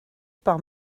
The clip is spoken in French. par